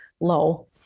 low